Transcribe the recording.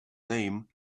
name